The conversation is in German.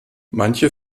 manche